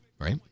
Right